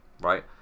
right